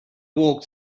walked